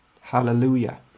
hallelujah